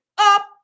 up